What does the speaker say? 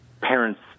parents